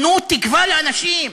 תנו תקווה לאנשים.